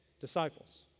Disciples